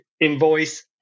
invoice